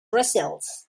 results